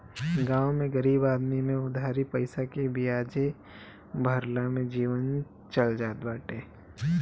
गांव में गरीब आदमी में उधारी पईसा के बियाजे भरला में जीवन चल जात बाटे